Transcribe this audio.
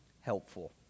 helpful